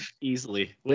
easily